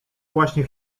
właśnie